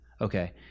Okay